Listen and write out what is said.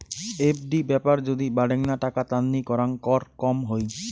FD ব্যাপার যদি বাডেনগ্না টাকা তান্নি করাং কর কম হই